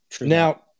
Now